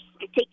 take